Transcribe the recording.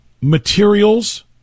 materials